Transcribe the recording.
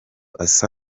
asa